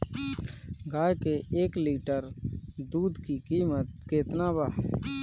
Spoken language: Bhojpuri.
गाय के एक लीटर दूध के कीमत केतना बा?